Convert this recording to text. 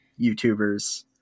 YouTubers